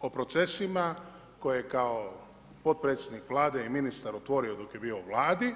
o procesima, koji je kao potpredsjednik Vlade i ministar otvorio dok je bio u Vladi.